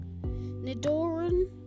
nidoran